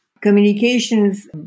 communications